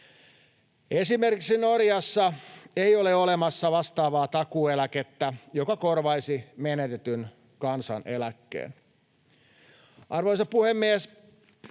Esimerkiksi Norjassa ei ole olemassa vastaavaa takuueläkettä, joka korvaisi menetetyn kansaneläkkeen. Arvoisa puhemies!